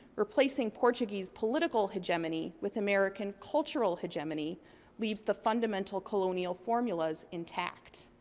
replacing portuguese political hegemony with american cultural hegemony leaves the fundamental colonial formulas intact.